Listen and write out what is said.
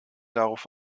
darauf